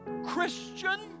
christian